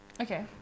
Okay